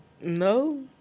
No